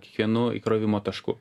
kiekvienu įkrovimo tašku